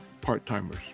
part-timers